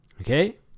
okay